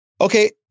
Okay